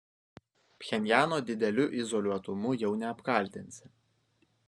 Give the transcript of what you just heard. pchenjano dideliu izoliuotumu jau neapkaltinsi